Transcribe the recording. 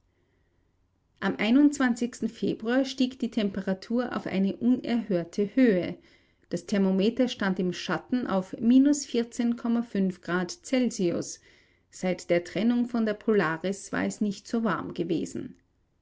am februar stieg die temperatur auf eine unerhörte höhe das thermometer stand im schatten auf celsius seit der trennung von der polaris war es nicht so warm gewesen